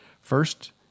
First